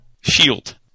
shield